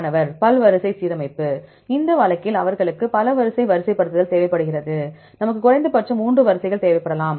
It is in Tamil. மாணவர் பல்வரிசை சீரமைப்பு இந்த வழக்கில் அவர்களுக்கு பல வரிசை வரிசைப்படுத்தல் தேவைப்படுகிறது நமக்கு குறைந்தபட்சம் மூன்று வரிசைகள் தேவைப்படலாம்